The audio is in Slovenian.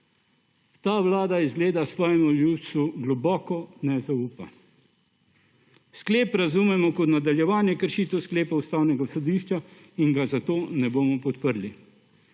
Ta vlada izgleda svojemu ljudstvu globoko ne zaupa. Sklep razumemo kot nadaljevanje kršitev sklepov Ustavnega sodišča in ga zato ne bomo podprli.